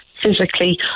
Physically